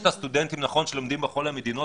יש את הסטודנטים שלומדים בכל המדינות